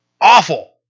Awful